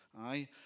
aye